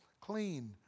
clean